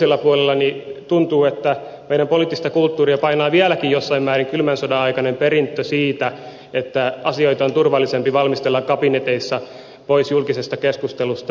tuntuu siltä että meidän poliittista kulttuuriamme painaa vieläkin jossain määrin kylmän sodan aikainen perintö siitä että asioita on turvallisempi valmistella kabineteissa poissa julkisesta keskustelusta